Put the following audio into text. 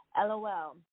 LOL